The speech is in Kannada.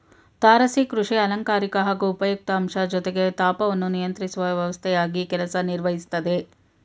ತಾರಸಿ ಕೃಷಿ ಅಲಂಕಾರಿಕ ಹಾಗೂ ಉಪಯುಕ್ತ ಅಂಶ ಜೊತೆಗೆ ತಾಪವನ್ನು ನಿಯಂತ್ರಿಸುವ ವ್ಯವಸ್ಥೆಯಾಗಿ ಕೆಲಸ ನಿರ್ವಹಿಸ್ತದೆ